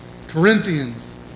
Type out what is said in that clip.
Corinthians